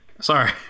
sorry